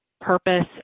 purpose